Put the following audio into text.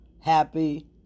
happy